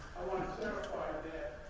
i want to clarify that